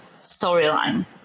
storyline